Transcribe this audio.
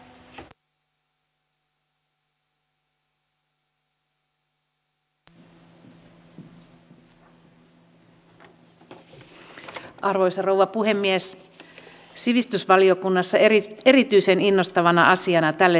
jos työmarkkinajärjestöt tuovat oman pakettinsa niin hallitus on valmis sen hyväksymään